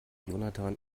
jonathan